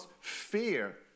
fear